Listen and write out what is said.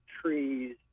trees